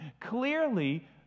clearly